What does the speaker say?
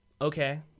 Okay